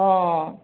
অঁ